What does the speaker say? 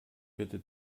bitte